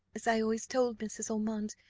as i always told mrs. ormond,